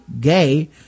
gay